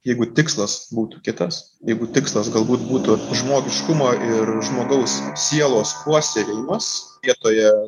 jeigu tikslas būtų kitas jeigu tikslas galbūt būtų žmogiškumo ir žmogaus sielos puoselėjimas vietoje